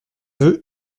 veux